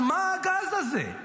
על מה הגז הזה?